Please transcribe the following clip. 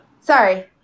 Sorry